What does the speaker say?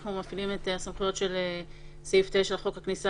אנחנו מפעילים את הסמכויות של סעיף 9 לחוק הכניסה